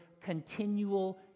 continual